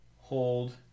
hold